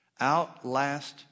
Outlast